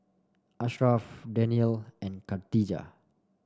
Ashraf Daniel and Khadija